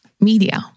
media